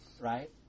right